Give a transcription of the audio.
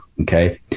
okay